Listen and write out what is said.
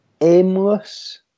aimless